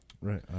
right